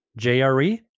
JRE